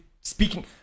speaking